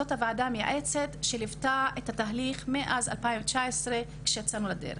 זאת הוועדה המייעצת שליוותה את התהליך מאז 2019 כשיצאנו לדרך.